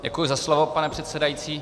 Děkuji za slovo, pane předsedající.